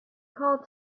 called